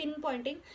pinpointing